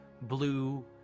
blue